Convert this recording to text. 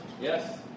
Yes